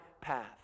path